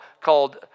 called